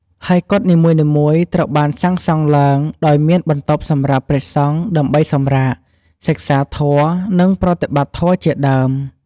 ហើយកុដិនីមួយៗត្រូវបានសាងសង់ឡើងដោយមានបន្ទប់សម្រាប់ព្រះសង្ឃដើម្បី សម្រាក សិក្សាធម៌ និង ប្រតិបត្តិធម៌ ជាដើម។